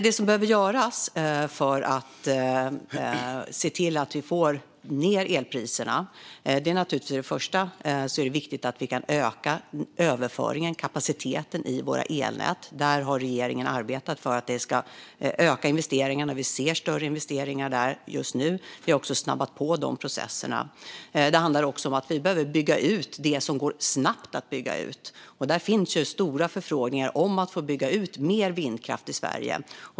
Vad som behöver göras för att se till att vi får ned elpriserna är för det första naturligtvis att öka överföringen - kapaciteten - i elnäten. Regeringen har arbetat för att öka investeringarna, och vi ser just nu större investeringar där. Vi har också snabbat på processerna. För det andra handlar det om att bygga ut det som går snabbt att bygga ut. Det finns stora förfrågningar om att få bygga ut mer vindkraft i Sverige.